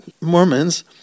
Mormons